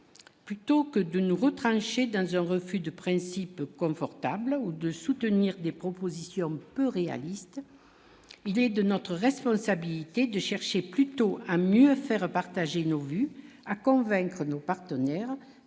plutôt que de nouveaux d'du refus de principe confortable ou de soutenir des propositions peu réaliste, il est de notre responsabilité de chercher plutôt à mieux faire partager nos vues. à convaincre nos partenaires